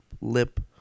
lip